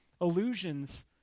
illusions